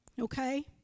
Okay